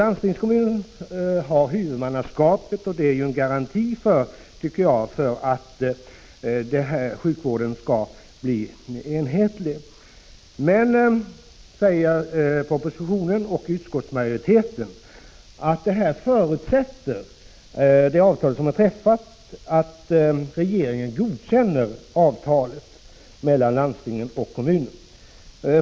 Landstingskommunen har huvilket är en garanti för att sjukvården blir enhetlig. I s — och det stöds av utskottsmajoriteten — att en förutsätt vudmannaskapet propositionen s ning är att regeringen godkänner det avtal som är träffat mellan landstingskommunen och kommunen.